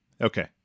Okay